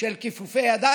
של כיפופי ידיים,